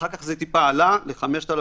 אחר כך זה טיפה עלה ל-5,168,